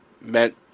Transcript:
meant